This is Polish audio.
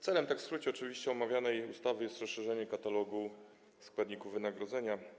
Celem, w skrócie oczywiście, omawianej ustawy jest rozszerzenie katalogu składników wynagrodzenia.